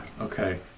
Okay